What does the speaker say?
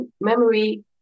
memory